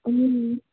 మ్మ్